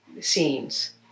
scenes